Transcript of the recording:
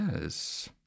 Yes